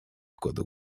году